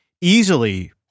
easily